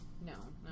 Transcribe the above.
No